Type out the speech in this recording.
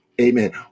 Amen